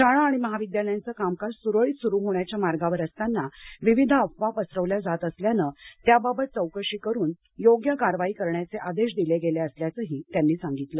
शाळा आणि महाविद्यालयांचं कामकाज सुरळीत सुरू होण्याच्या मार्गावर असताना विविध अफवा पसरवल्या जात असल्यानं त्याबाबत चौकशी करून योग्य कारवाई करण्याचे आदेश दिले गेले असल्याचंही त्यांनी सांगितलं